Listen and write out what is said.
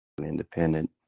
independent